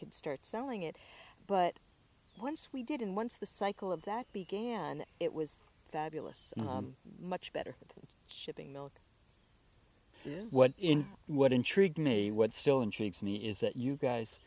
could start selling it but once we did and once the cycle of that began it was that bulis much better than shipping milk what in what intrigued me what still intrigues me is that you guys